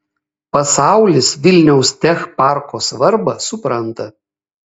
pasaulis vilniaus tech parko svarbą supranta